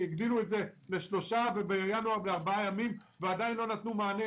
שהגדילו לשלושה ימים, זה לא עוזר, לא נתנו מענה